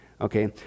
Okay